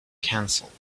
cancelled